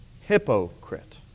Hypocrite